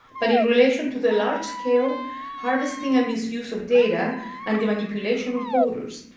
but in retaliation to the large-scale harvesting and misuse of data and the manipulation of voters.